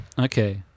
Okay